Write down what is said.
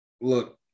Look